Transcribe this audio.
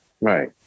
right